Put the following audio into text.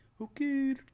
Okay